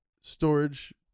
storage